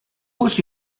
would